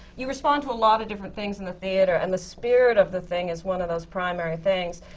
you respond to a lot of different things in the theatre, and the spirit of the thing is one of those primary things.